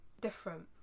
different